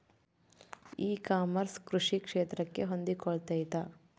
E commerce ಕೃಷಿ ಕ್ಷೇತ್ರಕ್ಕೆ ಹೊಂದಿಕೊಳ್ತೈತಾ?